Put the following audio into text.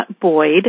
boyd